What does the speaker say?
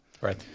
Right